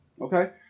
Okay